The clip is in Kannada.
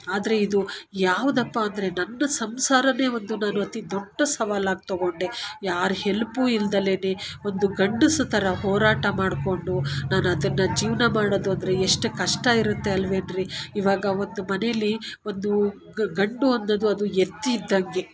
ಆದರೆ ಇದು ಯಾವುದಪ್ಪಾ ಅಂದರೆ ನನ್ನ ಸಂಸಾರ ಒಂದು ನಾನು ಅತಿ ದೊಡ್ಡ ಸವಾಲಾಗಿ ತಗೊಂಡೆ ಯಾರ ಹೆಲ್ಪು ಇಲ್ದಲೇ ಒಂದು ಗಂಡಸು ಥರ ಹೋರಾಟ ಮಾಡಿಕೊಂಡು ನಾನು ಅದನ್ನು ಜೀವನ ಮಾಡೋದು ಅಂದರೆ ಎಷ್ಟು ಕಷ್ಟ ಇರುತ್ತೆ ಅಲ್ವೇನ್ರಿ ಇವಾಗ ಒಂದು ಮನೇಲಿ ಒಂದು ಗಂಡು ಅನ್ನೋದು ಅದು ಎತ್ತು ಇದ್ದಂಗೆ